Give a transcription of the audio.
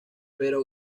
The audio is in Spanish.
pero